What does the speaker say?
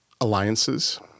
alliances